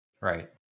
Right